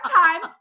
time